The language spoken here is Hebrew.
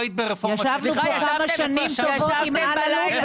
ישבנו פה כמה שנים טובות עם אלאלוף,